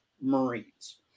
Marines